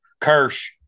Kirsch